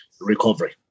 recovery